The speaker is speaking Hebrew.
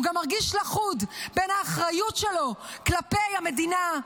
הוא גם מרגיש לכוד בין האחריות שלו כלפי המדינה,